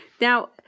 now